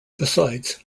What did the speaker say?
besides